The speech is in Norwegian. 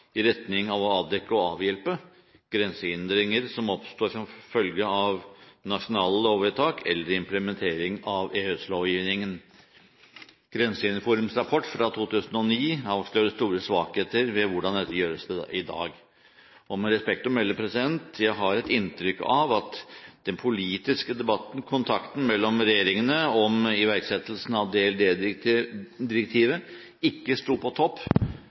i retning av å avdekke og avhjelpe grensehindringer som oppstår som følge av nasjonale lovvedtak eller implementering av EØS-lovgivningen. Grensehinderforums rapport fra 2009 avslører store svakheter ved hvordan dette gjøres i dag. Og med respekt å melde: Jeg har et inntrykk av at den politiske debatten/kontakten mellom regjeringene om iverksettelsen av datalagringsdirektivet ikke sto på topp,